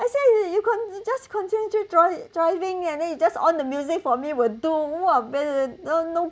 that's why you you cont~ you just continue to dri~ driving and then you just on the music for me will do !wah! ver~ no